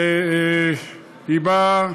והיא באה